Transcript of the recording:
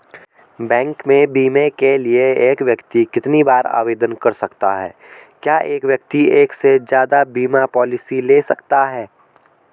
Bank में बीमे के लिए एक व्यक्ति कितनी बार आवेदन कर सकता है क्या एक व्यक्ति एक से ज़्यादा बीमा पॉलिसी ले सकता है?